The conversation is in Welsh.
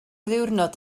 ddiwrnod